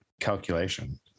calculation